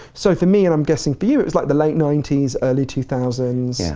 so for me, and i'm guessing for you, it was like the late ninety s, early two thousand